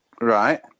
Right